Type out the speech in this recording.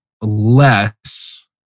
less